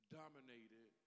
dominated